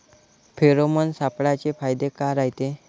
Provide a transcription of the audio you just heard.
Pheromone सापळ्याचे फायदे काय रायते?